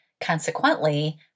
Consequently